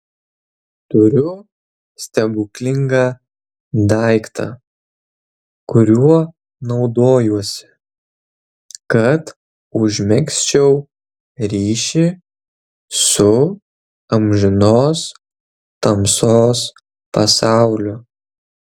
turiu stebuklingą daiktą kuriuo naudojuosi kad užmegzčiau ryšį su amžinos tamsos pasauliu